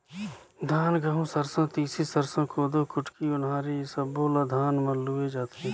धान, गहूँ, सरसो, तिसी, सरसो, कोदो, कुटकी, ओन्हारी ए सब्बो ल धान म लूए जाथे